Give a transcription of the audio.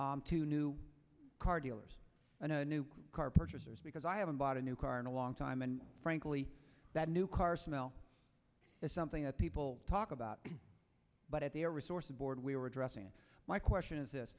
to new car dealers and new car purchasers because i haven't bought a new car in a long time and frankly that new car smell is something that people talk about but at the air resources board we were addressing my question is